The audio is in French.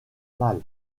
mal